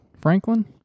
Franklin